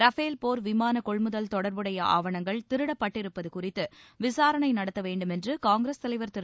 Rafale போர் விமான கொள்முதல் தொடர்புடைய ஆவணங்கள் திருடப்பட்டிருப்பது குறித்து விசாரணை நடத்த வேண்டுமென்று காங்கிரஸ் தலைவர் திரு